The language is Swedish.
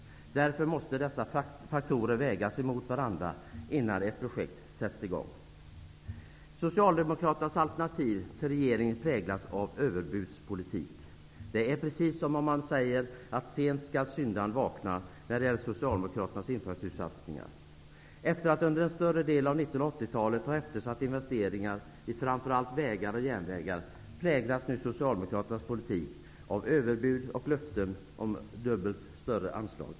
Därför måste dessa faktorer vägas emot varandra innan ett projekt sätts i gång. Socialdemokraternas alternativ till regeringen präglas av överbudspolitik. När det gäller Socialdemokraternas infrastruktursatsningar kan man säga: sent skall syndaren vakna. Efter att under en större del av 1980-talet ha eftersatt investeringar i framför allt vägar och järnvägar präglas nu Socialdemokraternas politik av överbud och löften om dubbelt större anslag.